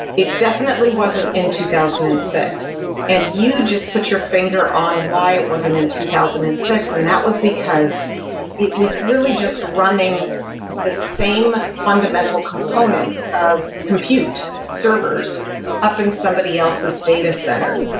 it definitely wasn't in two thousand and six, and you just put your finger on why it wasn't in two thousand and six, and that was because it was really just running the same fundamental components of compute servers up in somebody else's data center.